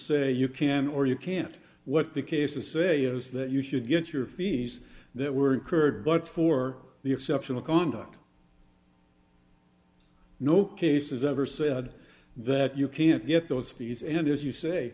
can or you can't what the case to say is that you should get your fees that were incurred but for the exceptional conduct no case is ever said that you can't get those fees and as you say